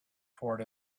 toward